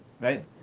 right